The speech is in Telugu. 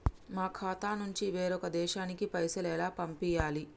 మా ఖాతా నుంచి వేరొక దేశానికి పైసలు ఎలా పంపియ్యాలి?